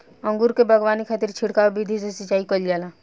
अंगूर के बगावानी खातिर छिड़काव विधि से सिंचाई कईल जाला